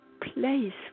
place